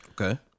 Okay